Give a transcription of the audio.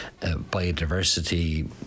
biodiversity